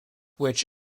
which